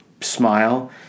smile